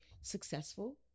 successful